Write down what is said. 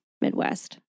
Midwest